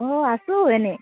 অ' আছো এনেই